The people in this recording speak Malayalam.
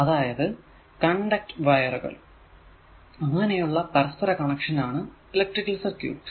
അതായതു കണ്ടക്ട് വയറുകൾ അങ്ങനെയുള്ള പരസ്പര കണക്ഷൻആണ് ഇലെക്ട്രിക്കൽ സർക്യൂട്